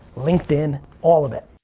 linkedin, all of it.